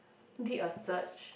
did a search